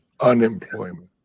unemployment